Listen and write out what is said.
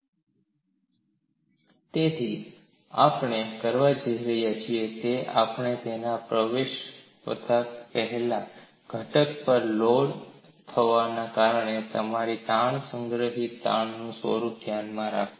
તણાવઘટકોની દ્રષ્ટિએ સંગ્રહિત સ્થિતિસ્થાપક તાણ ઊર્જા - ટોર્સનમાં તેથી તે આપણે કરવા જઇ રહ્યા છીએ તેથી આપણે તેમાં પ્રવેશતા પહેલા ઘટક પર લોડ થવાના કારણે તમારા તાણમાં સંગ્રહિત તાણનું સ્વરૂપ ધ્યાનમાં રાખો